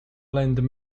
land